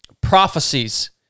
prophecies